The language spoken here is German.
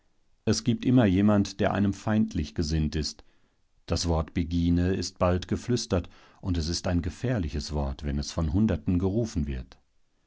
es gibt immer jemand der einem feindlich gesinnt ist das wort begine ist bald geflüstert und es ist ein gefährliches wort wenn es von hunderten gerufen wird